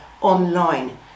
online